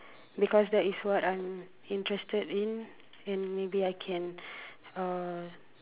because that is what I'm interested in and maybe I can uh